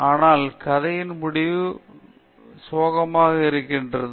ஆனால் கதையின் முடிவு மிகவும் சோகமாக இருக்கிறது